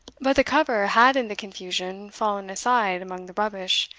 but the cover had in the confusion fallen aside among the rubbish,